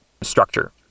structure